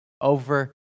over